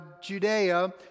Judea